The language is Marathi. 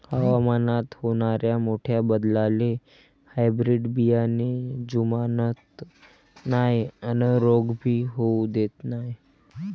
हवामानात होनाऱ्या मोठ्या बदलाले हायब्रीड बियाने जुमानत नाय अन रोग भी होऊ देत नाय